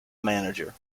manager